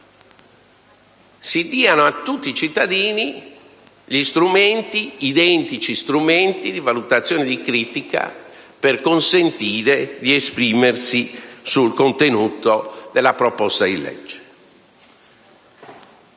si diano a tutti i cittadini gli identici strumenti di valutazione e di critica per consentire di esprimersi sul contenuto della proposta di legge.